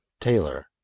Taylor